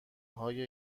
های